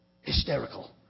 Hysterical